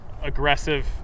aggressive